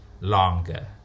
longer